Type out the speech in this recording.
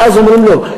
ואז אומרים לו: